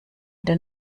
den